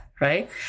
right